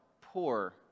poor